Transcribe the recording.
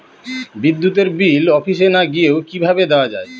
বিদ্যুতের বিল অফিসে না গিয়েও কিভাবে দেওয়া য়ায়?